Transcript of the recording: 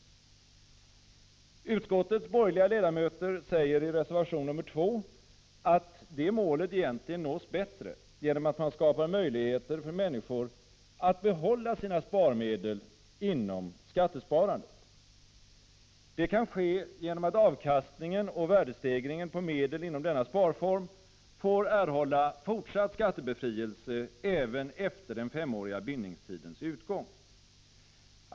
Utskottets borgerliga ledamöter säger i reservation 2 att det målet egentligen nås bättre genom att man skapar möjligheter för människor att behålla sina sparmedel inom skattesparandet. Det kan ske genom att avkastningen och värdestegringen på medel inom denna sparform får erhålla fortsatt skattebefrielse även efter den femåriga bindningstidens utgång.